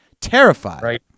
terrified